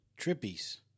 Trippies